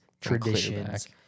traditions